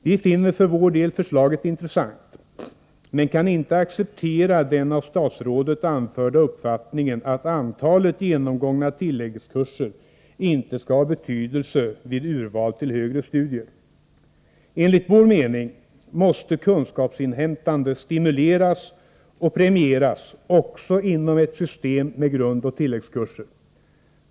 Vi finner för vår del förslaget intressant, men vi kan inte acceptera den av statsrådet anförda uppfattningen att antalet genomgångna tilläggskurser inte skall ha betydelse vid urval till högre studier. Enligt vår mening måste kunskapsinhämtande stimuleras och premieras också inom ett system med grundoch tilläggskurser.